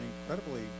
incredibly